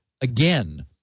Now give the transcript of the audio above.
again